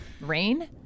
rain